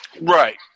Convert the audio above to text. Right